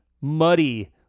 muddy